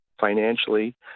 financially